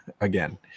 again